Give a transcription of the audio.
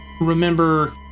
remember